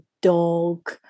dog